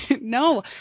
no